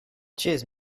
cheers